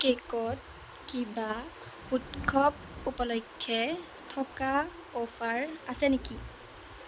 কেকত কিবা উৎসৱ উপলক্ষে থকা অফাৰ আছে নেকি